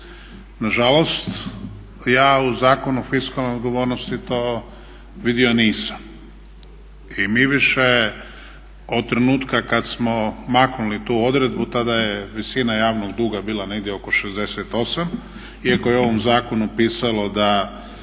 Nažalost, ja u Zakonu o fiskalnoj odgovornosti to vidio nisam. I mi više od trenutka kad smo maknuli tu odredbu tada je visina javnog duga bila negdje oko 68 iako je u ovom zakonu pisalo da